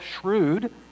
shrewd